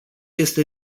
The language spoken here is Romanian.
este